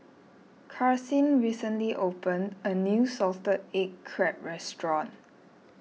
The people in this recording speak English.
Karsyn recently opened a new Salted Egg Crab restaurant